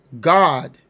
God